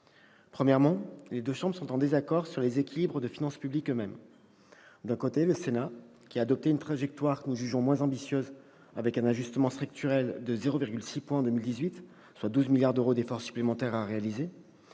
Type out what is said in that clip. d'abord, les deux chambres sont en désaccord sur les équilibres de finances publiques eux-mêmes. Le Sénat a adopté une trajectoire que nous jugeons moins ambitieuse, avec un ajustement structurel de 0,6 point en 2018, soit 12 milliards d'euros d'efforts supplémentaires à réaliser.